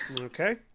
Okay